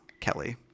Kelly